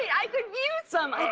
i could use some.